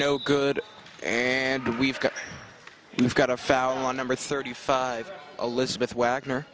no good and we've got you've got a foul on number thirty five elizabeth wagner